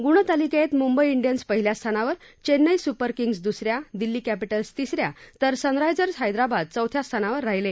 गुणतालिकेत मुंबई डियन्स पहिल्या स्थानावर घेन्नई सुपर किंग्जस दुस या दिल्ली कॅपिटल्स तिस या तर सनरा जर्स हैदराबाद चौथ्या स्थानावर राहिले